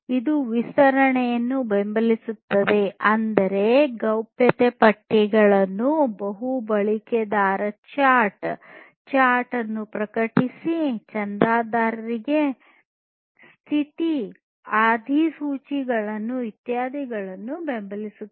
ಇದು ವಿಸ್ತರಣೆಯನ್ನು ಬೆಂಬಲಿಸುತ್ತದೆ ಅಂದರೆ ಗೌಪ್ಯತೆ ಪಟ್ಟಿಗಳನ್ನು ಬಹು ಬಳಕೆದಾರ ಚಾಟ್ ಚಾಟ್ ಅನ್ನು ಪ್ರಕಟಿಸಿ ಚಂದಾದಾರರಾಗಿ ಸ್ಥಿತಿ ಅಧಿಸೂಚನೆಗಳು ಇತ್ಯಾದಿಗಳನ್ನು ಬೆಂಬಲಿಸುವುದು